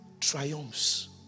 triumphs